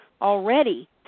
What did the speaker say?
already